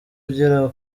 ugera